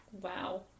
Wow